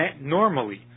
normally